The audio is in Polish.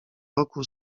roku